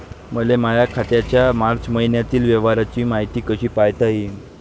मले माया खात्याच्या मार्च मईन्यातील व्यवहाराची मायती कशी पायता येईन?